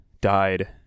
died